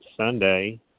Sunday